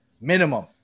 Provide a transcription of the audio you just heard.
minimum